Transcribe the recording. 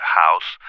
house